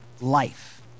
life